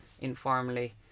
informally